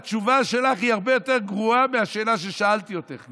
התשובה שלך הרבה יותר גרועה מהשאלה ששאלתי אותך,